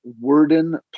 Worden